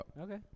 Okay